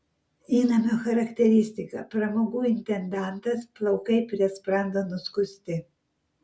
įnamio charakteristika pramogų intendantas plaukai prie sprando nuskusti